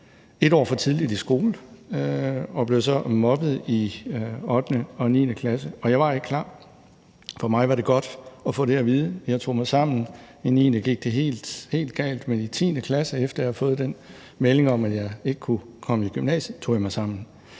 et år for tidligt i skole og blev så mobbet i 8. og 9. klasse, og jeg var ikke klar. For mig var det godt at få det at vide. Jeg tog mig sammen. I 9. klasse gik det helt galt, men i 10. klasse, efter jeg havde fået den melding om, at jeg ikke kunne komme i gymnasiet, tog jeg mig sammen.